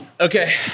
Okay